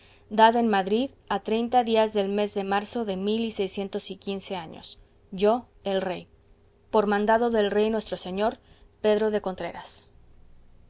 dada en madrid a treinta días del mes de marzo de mil y seiscientos y quince años yo el rey por mandado del rey nuestro señor pedro de contreras